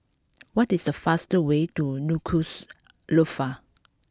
what is the fast way to Nuku'alofa